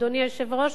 אדוני היושב-ראש,